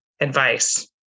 advice